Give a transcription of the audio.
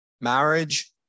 Marriage